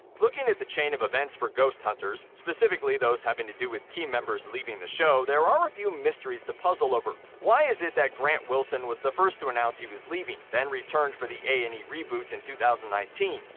looking at the chain of events for ghost hunters, specifically those having to do with key members leaving the show, there are a few mysteries to puzzle over. why is it that grant wilson was the first to announce he was leaving, then returned for the a and e reboot in two thousand and nineteen,